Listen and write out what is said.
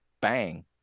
bang